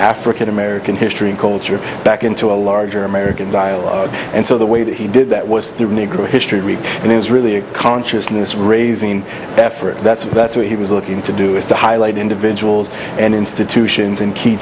african american history and culture back into a larger american dialogue and so the way that he did that was through negro history week and it was really a consciousness raising effort that's that's what he was looking to do is to highlight individuals and institutions and key